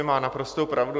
Má naprostou pravdu.